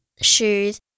shoes